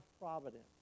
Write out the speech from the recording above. providence